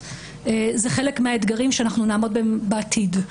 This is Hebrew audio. הוא חלק מהאתגרים שאנחנו נעמוד בהם בעתיד.